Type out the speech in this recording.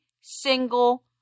single